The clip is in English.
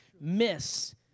miss